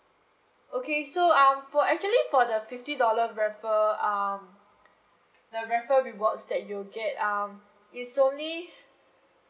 okay so um for actually for the fifty dollar referral um the referral rewards that you'll get um it's only